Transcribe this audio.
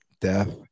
death